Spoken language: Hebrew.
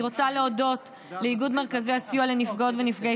אני רוצה להודות לאיגוד מרכזי הסיוע לנפגעות ונפגעי